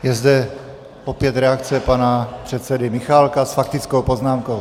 Je zde opět reakce pana předsedy Michálka s faktickou poznámkou.